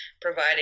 providing